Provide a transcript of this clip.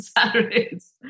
Saturdays